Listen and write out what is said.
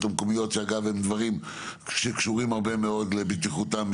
המקומיות שאגב הם דברים שקשורים הרבה מאוד לבטיחותם,